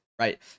right